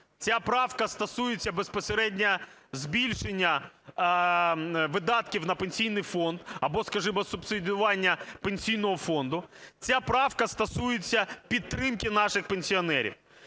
ця правка стосується безпосередньо збільшення видатків на Пенсійний фонд або, скажімо, субсидіювання Пенсійного фонду, ця правка стосується підтримки наших пенсіонерів.